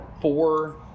Four